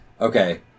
Okay